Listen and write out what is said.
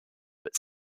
but